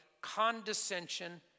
condescension